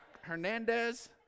Hernandez